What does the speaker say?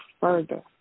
further